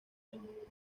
año